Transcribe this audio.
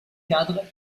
cadre